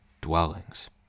dwellings